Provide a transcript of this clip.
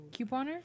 Couponer